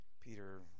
Peter